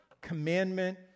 commandment